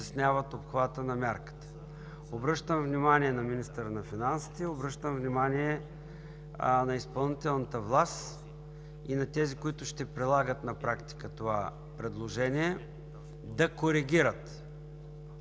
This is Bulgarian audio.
Обръщам внимание на министъра на финансите, обръщам внимание на изпълнителната власт и на тези, които ще прилагат на практика това предложение, да коригират